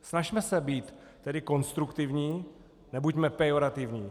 Snažme se být tedy konstruktivní, nebuďme pejorativní.